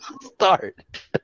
start